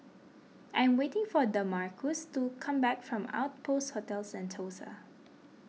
I am waiting for Damarcus to come back from Outpost Hotel Sentosa